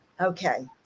Okay